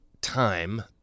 time